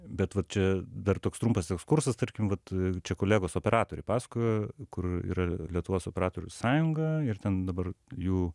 bet va čia dar toks trumpas ekskursas tarkim vat čia kolegos operatoriai pasakojo kur yra lietuvos operatorių sąjunga ir ten dabar jų